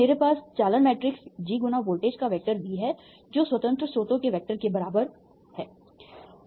तो मेरे पास चालन मैट्रिक्स G × वोल्टेज का वेक्टर V है जो स्वतंत्र स्रोतों के वेक्टर के बराबर है I